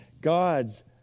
God's